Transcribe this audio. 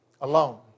alone